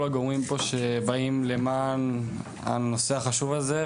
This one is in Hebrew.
הגורמים פה שבאים למען הנושא החשוב הזה,